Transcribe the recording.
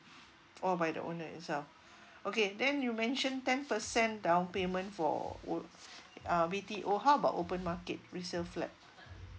orh by the owner itself okay then you mention ten percent down payment for uh B_T_O how about open market resale flat